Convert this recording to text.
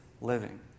living